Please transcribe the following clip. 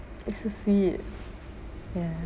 it's a see it ya